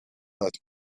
that